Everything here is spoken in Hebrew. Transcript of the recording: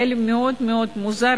היה לי מאוד מאוד מוזר,